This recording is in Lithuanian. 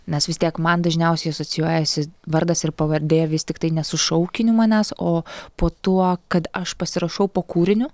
nes vis tiek man dažniausiai asocijuojasi vardas ir pavardė vis tiktai ne su šaukiniu manęs o po tuo kad aš pasirašau po kūriniu